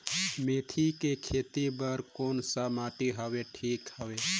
मेथी के खेती बार कोन सा माटी हवे ठीक हवे?